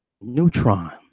Neutron